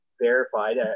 verified